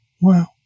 Wow